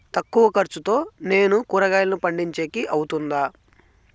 తక్కువ ఖర్చుతో నేను కూరగాయలను పండించేకి అవుతుందా?